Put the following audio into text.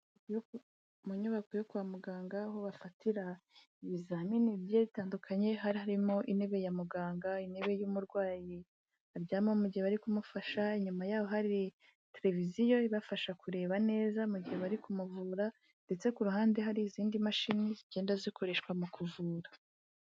Mu nyubako yo kwa muganga aho bafatira ibizamini bigiye bitandukanye, hari harimo intebe ya muganga, intebe y'umurwayi aryamaho mu gihe bari kumufasha, inyuma yaho hari televiziyo ibafasha kureba neza mu gihe bari kumuvura, ndetse ku ruhande hari izindi mashini zigenda zikoreshwa mu kuvura.